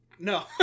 no